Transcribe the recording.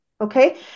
Okay